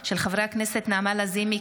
הצעתם של חברי הכנסת נעמה לזימי,